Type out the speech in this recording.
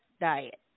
diet